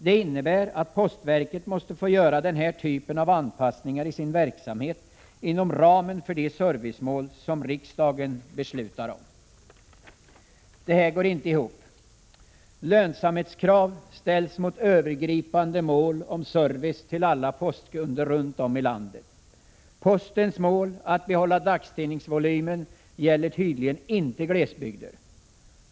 Det innebär att postverket måste få göra den här typen av anpassningar i sin verksamhet inom ramen för de servicemål som riksdagen beslutar om.” Det här går inte ihop. Lönsamhetskrav ställs mot övergripande mål om service till alla postkunder runt om i landet. Postens mål att behålla dagstidningsvolymen gäller tydligen inte glesbygder.